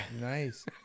nice